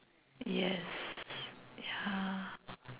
yes ya